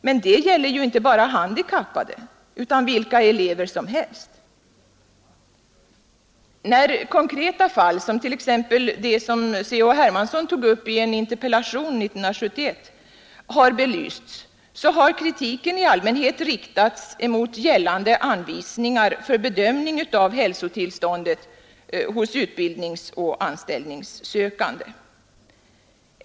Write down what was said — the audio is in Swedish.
Men det gäller ju inte bara handikappade utan vilka elever som helst. När konkreta fall, som t.ex. det som C.-H. Hermansson tog upp i en interpellation 1971, har belysts så har kritiken i allmänhet riktats emot gällande anvisningar för bedömning av hälsotillståndet hos utbildningsoch anställningssökande.